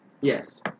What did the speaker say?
Yes